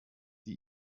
die